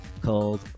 called